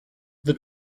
the